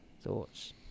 Thoughts